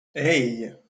hey